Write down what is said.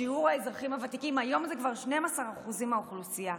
שיעור האזרחים הוותיקים היום הוא כבר 12% מהאוכלוסייה,